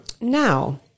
now